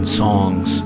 songs